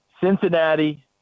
Cincinnati